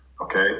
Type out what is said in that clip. Okay